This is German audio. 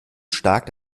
stark